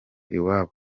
iwabo